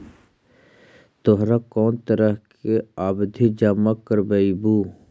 तोहरा कौन तरह के आवधि जमा करवइबू